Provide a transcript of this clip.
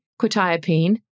Quetiapine